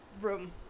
room